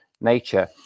nature